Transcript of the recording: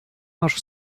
masz